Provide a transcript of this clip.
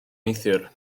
neithiwr